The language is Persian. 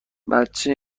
بچه